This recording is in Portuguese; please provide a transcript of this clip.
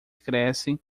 crescem